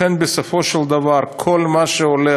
לכן, בסופו של דבר, כל מה שהולך